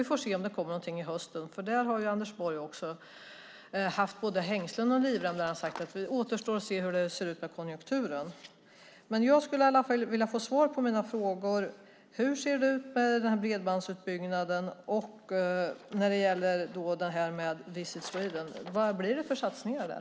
Vi får se om det kommer någonting i höst. Anders Borg har ju haft både hängslen och livrem när han har sagt att det återstår att se hur det ser ut med konjunkturen. Jag skulle vilja få svar på mina frågor. Hur ser det ut med bredbandsutbyggnaden? Och vad blir det för satsningar på Visit Sweden?